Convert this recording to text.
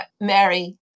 Mary